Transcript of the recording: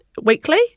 weekly